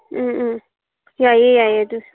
ꯎꯝ ꯎꯝ ꯌꯥꯏꯌꯦ ꯌꯥꯏꯌꯦ ꯑꯗꯨꯁꯨ